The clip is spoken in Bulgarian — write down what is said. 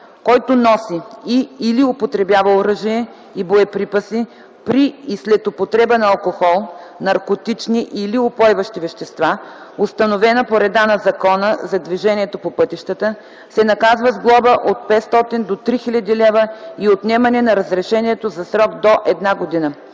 Който носи и/или употребява оръжия и боеприпаси при и след употреба на алкохол, наркотични или упойващи вещества, установена по реда на Закона за движението по пътищата, се наказва с глоба от 500 до 3000 лв. и отнемане на разрешението за срок до една година.